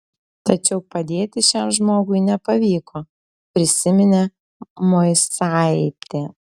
tačiau padėti šiam žmogui nepavyko prisiminė moisaitė